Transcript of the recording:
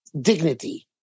dignity